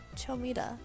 Chomita